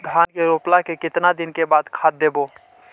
धान के रोपला के केतना दिन के बाद खाद देबै?